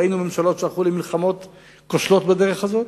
ראינו ממשלות שהלכו למלחמות כושלות בדרך הזאת.